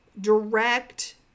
direct